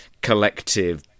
collective